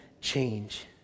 change